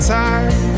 time